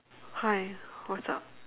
hi what's up